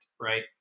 right